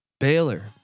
Baylor